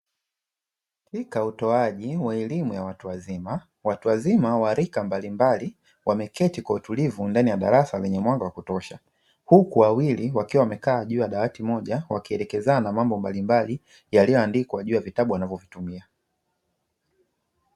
Katika utoaji wa elimu ya watu wazima watu wazima wa rika mbalimbali wameketi kwa utulivu ndani ya darasa lenye mwanga wa kutosha. Huku wawili wakiwa wamekaa juu ya dawati moja, wakielekezana mambo mbalimbali yaliyoandikwa juu ya vitabu wanavyovitumia.